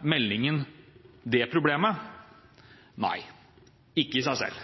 meldingen det problemet? Nei, ikke i seg selv,